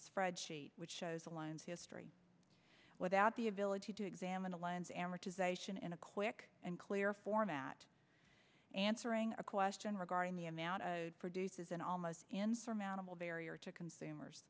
spreadsheet which shows the lines history without the ability to examine the lens amortization in a quick and clear format answering a question regarding the amount produces an almost insurmountable barrier to consumers